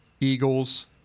Eagles